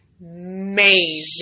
Amazing